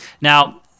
Now